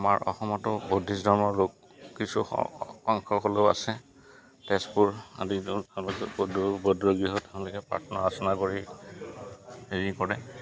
আমাৰ অসমতো বুদ্ধিষ্ট ধৰ্মৰ লোক কিছু অংশ হ'লেও আছে তেজপুৰ আদি তেওঁলোকে প্ৰাৰ্থনা অৰ্চনা কৰি হেৰি কৰে